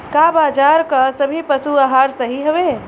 का बाजार क सभी पशु आहार सही हवें?